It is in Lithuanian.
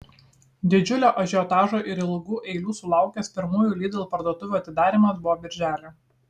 didžiulio ažiotažo ir ilgų eilių sulaukęs pirmųjų lidl parduotuvių atidarymas buvo birželį